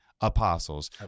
apostles